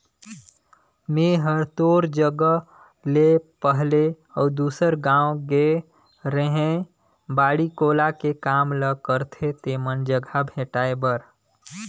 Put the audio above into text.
मेंए हर तोर जगह ले पहले अउ दूसर गाँव गेए रेहैं बाड़ी कोला के काम ल करथे तेमन जघा भेंटाय बर